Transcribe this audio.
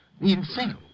Insane